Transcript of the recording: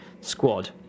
squad